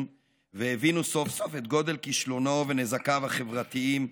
והבינו סוף-סוף את גודל כישלונו ונזקיו החברתיים,